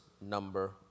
number